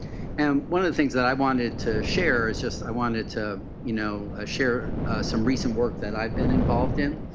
and one of the things that i wanted to share is i wanted to you know ah share some recent work that i have been involved in,